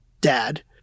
dad